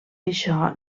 això